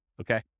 Okay